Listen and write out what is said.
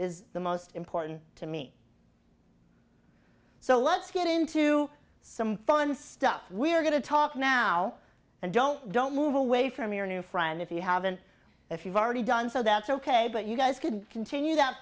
is the most important to me so let's get into some fun stuff we're going to talk now and don't don't move away from your new friend if you haven't if you've already done so that's ok but you guys could continue that